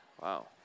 Wow